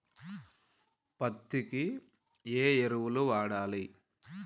పత్తి కి ఏ ఎరువులు వాడాలి?